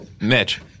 Mitch